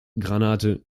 granate